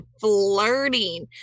flirting